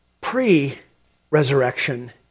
pre-resurrection